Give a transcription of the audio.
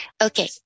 okay